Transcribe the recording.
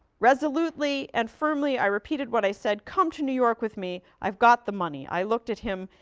resolutely and firmly i repeated what i said. come to new york with me. i've got the money. i looked at him.